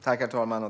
Herr talman!